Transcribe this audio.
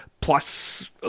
plus